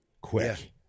quick